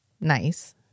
nice